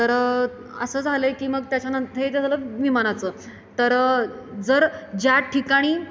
तर असं झालं आहे की मग त्याच्यानंतरही हे झालं विमानाचं तर जर ज्या ठिकाणी